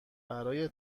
برای